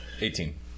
Eighteen